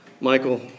Michael